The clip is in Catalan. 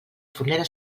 fornera